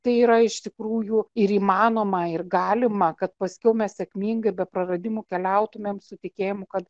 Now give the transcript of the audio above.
tai yra iš tikrųjų ir įmanoma ir galima kad paskiau mes sėkmingai be praradimų keliautumėm su tikėjimu kad